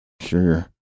Sure